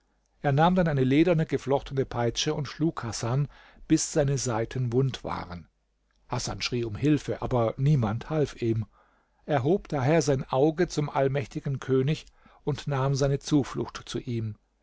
er nahm dann eine lederne geflochtene peitsche und schlug hasan bis seine seiten wund waren hasan schrie um hilfe aber niemand half ihm er hob daher sein auge zum allmächtigen könig und nahm seine zuflucht zu ihm